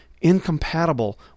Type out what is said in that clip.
incompatible